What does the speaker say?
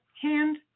hand